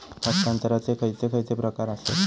हस्तांतराचे खयचे खयचे प्रकार आसत?